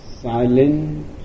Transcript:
silent